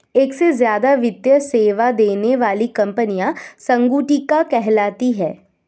एक से ज्यादा वित्तीय सेवा देने वाली कंपनियां संगुटिका कहलाती हैं